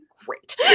great